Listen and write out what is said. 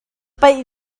paih